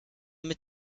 mit